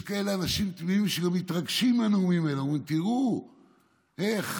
יש כאלה אנשים תמימים שמתרגשים מהנאומים הללו ואומרים: תראו איך